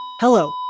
Hello